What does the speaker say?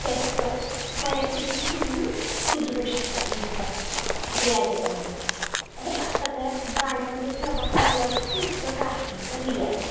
त्याचं बऱ्यापैकी तुम्ही सुधरू शकता तुमचं रियाजाद्वारे सगळ्यात गाण्यामध्ये सर्वात महत्त्वाचं जर काय आहे तर रियाज